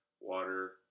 water